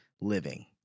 living